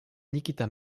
nikita